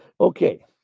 Okay